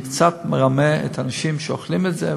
שזה קצת מרמה את האנשים שאוכלים את זה,